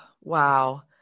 wow